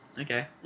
Okay